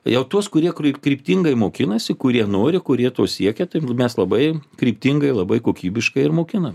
jau tuos kurie kryptingai mokinasi kurie nori kurie to siekia taip mes labai kryptingai labai kokybiškai ir mokinam